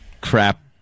crap